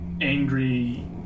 angry